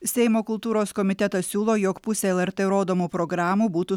seimo kultūros komitetas siūlo jog pusė lrt rodomų programų būtų